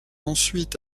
ensuite